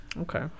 okay